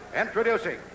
Introducing